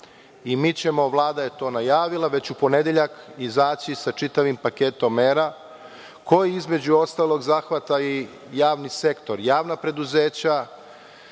i mi ćemo, Vlada je to najavila, već u ponedeljak izaći sa čitavim paketom mera koji, između ostalog, zahvata i javni sektor, javna preduzeća